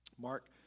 Mark